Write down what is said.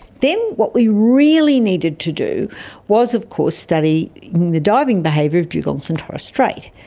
then what we really needed to do was of course study the diving behaviour of dugongs in torres strait,